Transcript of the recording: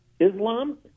Islam